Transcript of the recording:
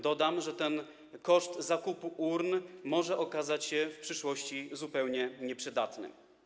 Dodam, że ten zakup urn może okazać się w przyszłości zupełnie nieprzydatny.